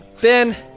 Ben